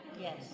Yes